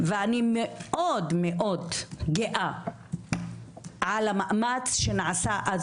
ואני מאוד מאוד גאה על המאמץ שנעשה אז